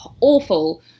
awful